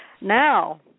Now